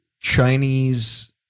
Chinese